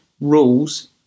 Rules